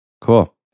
Cool